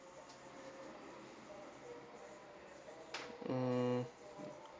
mm